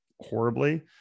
horribly